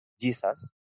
Jesus